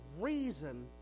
reason